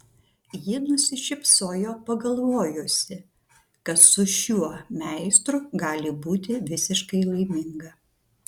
ji nusišypsojo pagalvojusi kad su šiuo meistru gali būti visiškai laiminga